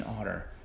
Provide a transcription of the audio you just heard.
honor